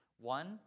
One